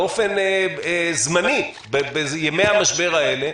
באופן זמני בימי המשבר האלה,